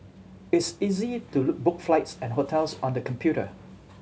it's easy to look book flights and hotels on the computer